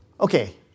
Okay